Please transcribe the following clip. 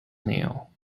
nile